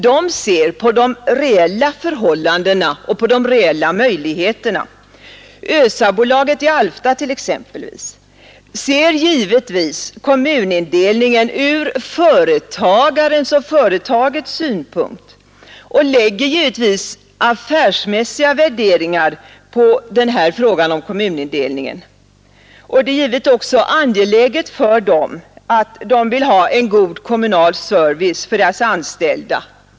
Där ser man på de reella förhållandena och möjligheterna. Ösabolaget i Alfta t.ex. ser givetvis kommunindelningen från företagarens och företagets synpunkt och lägger naturligtvis affärsmässiga värderingar på frågan om kommunindelningen. Det är också angeläget för bolaget att dess anställda får en god kommunal service.